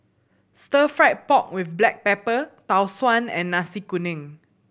Stir Fried Pork With Black Pepper Tau Suan and Nasi Kuning